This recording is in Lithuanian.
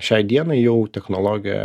šiai dienai jau technologija